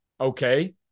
okay